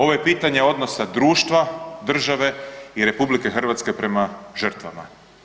Ovo je pitanje odnosa društva, države i RH prema žrtvama.